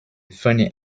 funny